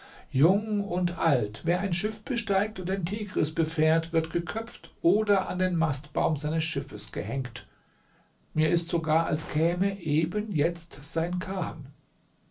jung und alt wer ein schiff besteigt und den tigris befährt wird geköpft oder an den mastbaum seines schiffes gehängt mir ist sogar als käme eben jetzt sein kahn